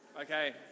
Okay